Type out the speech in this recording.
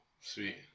Sweet